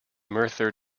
merthyr